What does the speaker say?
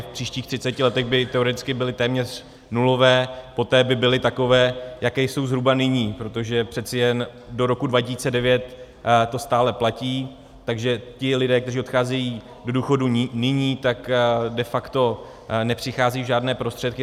V příštích třiceti letech by teoreticky byly téměř nulové, poté by byly takové, jaké jsou zhruba nyní, protože přece jen do roku 2009 to stále platí, takže ti lidé, kteří odcházejí do důchodu nyní, de facto nepřicházejí o žádné prostředky.